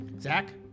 Zach